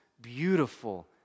beautiful